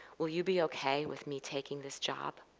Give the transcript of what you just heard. will you be ok with me taking this job?